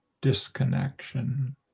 disconnection